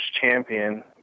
champion